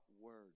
word